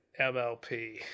MLP